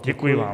Děkuji vám.